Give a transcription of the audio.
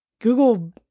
Google